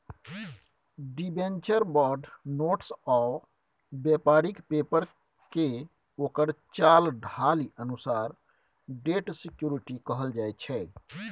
debenture, bond, notes आ बेपारिक पेपरकेँ ओकर चाल ढालि अनुसार डेट सिक्युरिटी कहल जाइ छै